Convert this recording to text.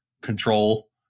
control